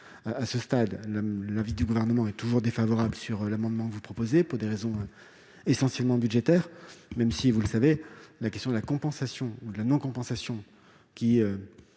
À ce stade, l'avis du Gouvernement est toujours défavorable sur l'amendement que vous avez déposé, pour des raisons essentiellement budgétaires, même si, vous le savez, la question de la compensation ou de la non-compensation